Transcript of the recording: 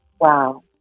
Wow